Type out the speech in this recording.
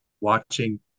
watching